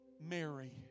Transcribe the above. Mary